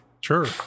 Sure